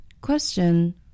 Question